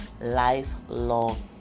lifelong